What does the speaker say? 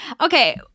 okay